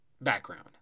background